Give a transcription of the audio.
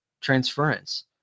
transference